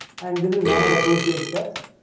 and this is one are the crucial steps,